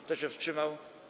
Kto się wstrzymał?